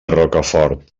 rocafort